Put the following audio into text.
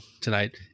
tonight